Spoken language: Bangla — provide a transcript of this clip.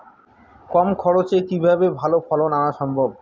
কম খরচে কিভাবে ভালো ফলন আনা সম্ভব?